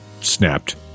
snapped